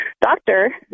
doctor